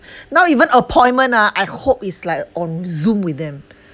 now even appointment ah I hope it's like on zoom with them